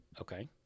Okay